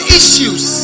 issues